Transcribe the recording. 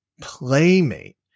playmate